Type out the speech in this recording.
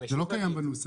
זה לא קיים בנוסח.